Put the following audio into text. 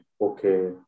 Okay